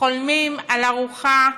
חולמים על ארוחה,